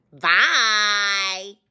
Bye